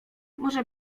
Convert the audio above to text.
może